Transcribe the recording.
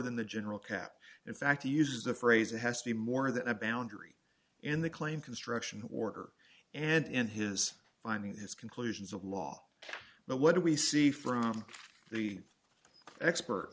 than the general cap in fact to use the phrase it has to be more than a boundary in the claim construction order and his finding his conclusions of law but what do we see from the expert